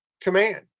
command